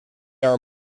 are